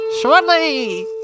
shortly